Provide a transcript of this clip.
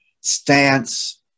stance